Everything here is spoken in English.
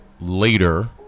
later